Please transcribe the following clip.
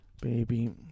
baby